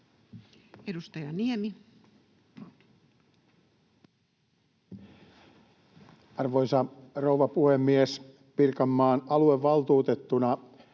Content: Arvoisa rouva puhemies! Pirkanmaan aluevaltuutettuna